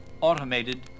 automated